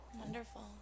Wonderful